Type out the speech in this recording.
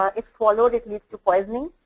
ah if swallowed, it leads to poisoning.